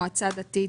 מועצה דתית,